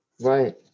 Right